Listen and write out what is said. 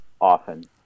often